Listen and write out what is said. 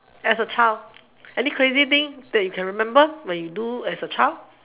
as a child any crazy thing that you can remember when you do as a child